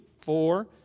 four